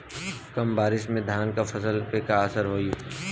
कम बारिश में धान के फसल पे का असर होई?